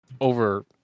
over